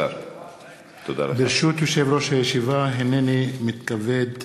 ברשות יושב-ראש הישיבה, הנני מתכבד להודיעכם,